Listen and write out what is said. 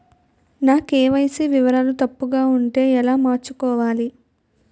నా కే.వై.సీ వివరాలు తప్పుగా ఉంటే ఎలా మార్చుకోవాలి?